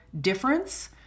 difference